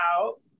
out